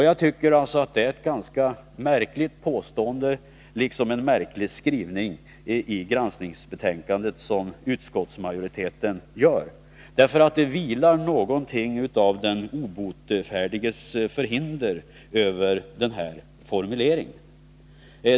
Jag tycker att det är ett ganska märkligt påstående liksom det är en märklig skrivning i granskningsbetänkandet som utskottsmajoriteten gör. Det vilar någonting av den obotfärdiges förhinder över formuleringen.